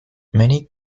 many